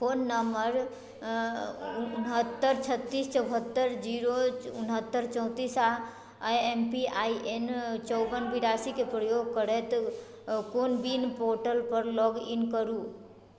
phone number उनहत्तर छत्तीस चौहत्तर जीरो उनहत्तर चौंतीस आ एम पी आइ एन चौअन बेरासी के प्रयोग करैत कोविन पोर्टल पर लॉग इन करू